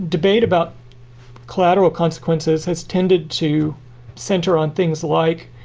debate about collateral consequences has tended to center on things like,